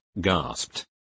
gasped